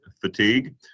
fatigue